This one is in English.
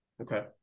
Okay